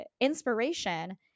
inspiration